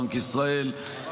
בנק ישראל,